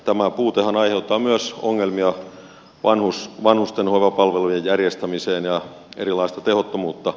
tämä puutehan aiheuttaa myös ongelmia vanhusten hoivapalvelujen järjestämiseen ja erilaista tehottomuutta